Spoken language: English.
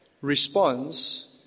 responds